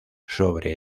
sobre